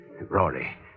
Rory